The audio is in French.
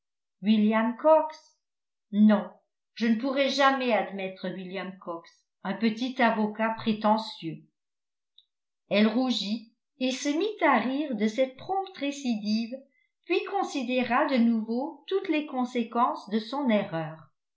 william cox non je ne pourrais jamais admettre william cox un petit avocat prétentieux elle rougit et se mit à rire de cette prompte récidive puis considéra de nouveau toutes les conséquences de son erreur